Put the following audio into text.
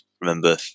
remember